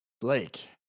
Blake